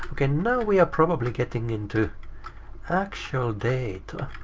okay now we are probably getting into actual data.